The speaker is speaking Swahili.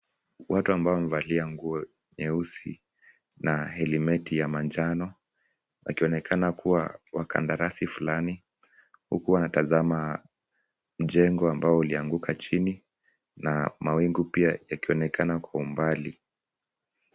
Watu ambao wamevalia nguo nyeusi na helmeti ya manjano wakionekana kuwa wa kandarasi fulani huku wanatazama mjengo ambao ulianguka chini na mawingu pia yakionekana kwa umbali.